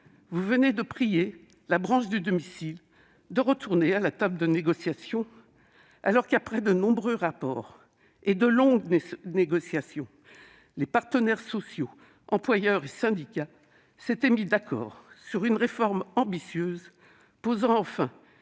vous venez de prier la branche du domicile de retourner à la table des négociations, alors que, après de nombreux rapports et de longues négociations, les partenaires sociaux, employeurs et syndicats, s'étaient mis d'accord sur une réforme ambitieuse qui posait enfin,